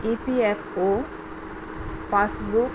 E P F O passbook